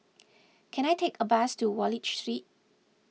can I take a bus to Wallich Street